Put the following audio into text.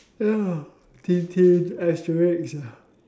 ya Tintin Asterix